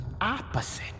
opposite